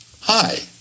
Hi